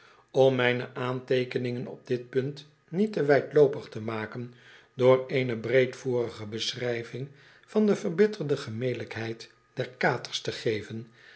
om mijne aanteekeningen op dit punt niet te wijdloopig te maken door eene breedvoerige beschrijving van de verbitterde gemelijkheid der katers te geven